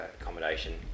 accommodation